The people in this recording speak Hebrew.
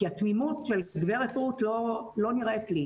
כי התמימות של גב' רות לא נראית לי.